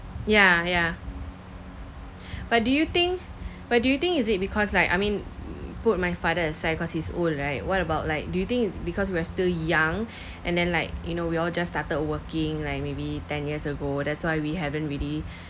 ya ya but do you think but do you think is it because like I mean put my father aside cause he's old right what about like do you think because we are still young and then like you know we all just started working like maybe ten years ago that's why we haven't really